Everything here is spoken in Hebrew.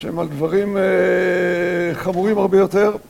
שהם על דברים חמורים הרבה יותר.